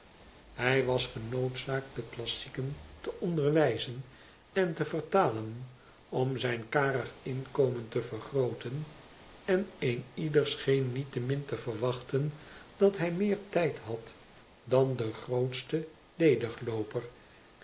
hij was genoodzaakt de klassieken te onderwijzen en te vertalen om zijn karig mkomen te vergrooten en een ieder scheen niettemin te verwachten dat hij meer tijd had dan de grootste